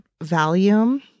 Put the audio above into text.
volume